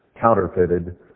counterfeited